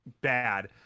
bad